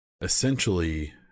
essentially